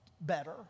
better